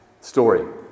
story